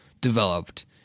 developed